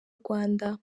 rwanda